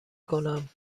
کنم